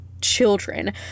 children